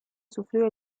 sufrió